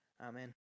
Amen